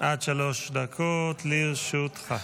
עד שלוש דקות לרשותך.